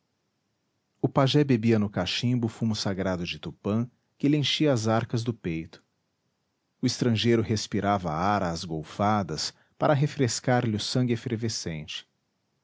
o pajé bebia no cachimbo o fumo sagrado de tupã que lhe enchia as arcas do peito o estrangeiro respirava ar às golfadas para refrescar lhe o sangue efervescente